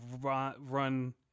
run